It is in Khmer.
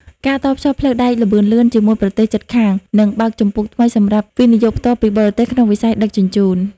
ការតភ្ជាប់ផ្លូវដែកល្បឿនលឿនជាមួយប្រទេសជិតខាង នឹងបើកជំពូកថ្មីសម្រាប់ វិនិយោគផ្ទាល់ពីបរទេស ក្នុងវិស័យដឹកជញ្ជូន។